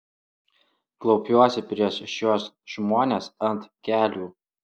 klaupiuosi prieš šiuos žmones ant kelių